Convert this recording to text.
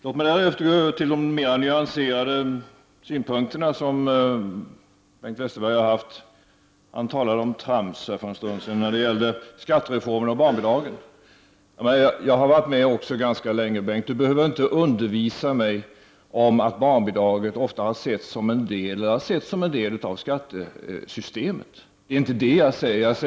Låt mig därefter gå över till de mer nyanserade synpunkter som Bengt Westerberg har framfört. Han talade om trams för en stund sedan när det gällde skattereformen och barnbidragen. Jag har också varit med ganska länge, så Bengt Westerberg behöver inte undervisa mig om att barnbidraget ofta har setts som en del av skattesystemet, Det är inte det jag uttalar mig om.